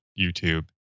youtube